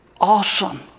awesome